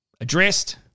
addressed